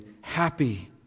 happy